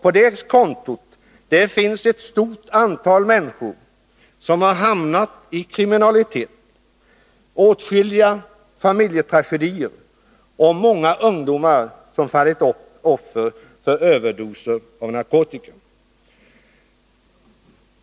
På det kontot finns ett stort antal människor som hamnat i kriminalitet, åtskilliga familjetragedier och många ungdomar som fallit offer för överdoser av narkotika.